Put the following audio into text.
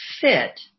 fit